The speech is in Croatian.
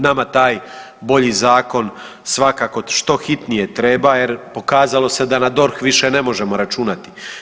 Nama taj bolji zakon svakako što hitnije treba, jer pokazalo se da na DORH više ne možemo računati.